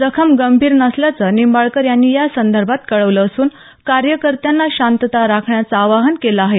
जखम गंभीर नसल्याचं निंबाळकर यांनी या संदर्भात कळवलं असून कार्यकर्त्यांना शांतता राखण्याचं आवाहन केलं आहे